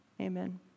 amen